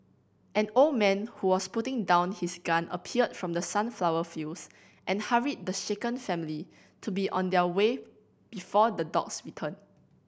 an old man who was putting down his gun appeared from the sunflower fields and hurried the shaken family to be on their way before the dogs return